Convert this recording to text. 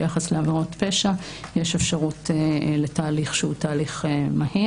ביחס לעבירות פשע יש אפשרות לתהליך מהיר.